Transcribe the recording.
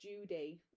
Judy